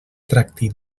tracti